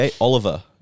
Oliver